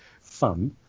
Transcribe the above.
fun